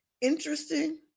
Interesting